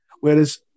Whereas